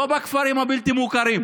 לא בכפרים הבלתי-מוכרים,